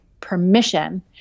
permission